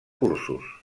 cursos